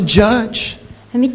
judge